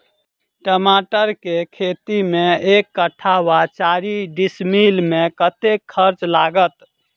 टमाटर केँ खेती मे एक कट्ठा वा चारि डीसमील मे कतेक खर्च लागत?